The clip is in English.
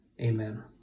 Amen